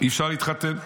אי-אפשר להתחתן.